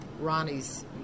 Ronnie's